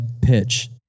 pitch